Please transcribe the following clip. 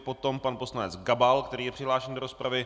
Potom pan poslanec Gabal, který je přihlášen do rozpravy.